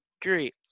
great